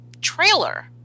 trailer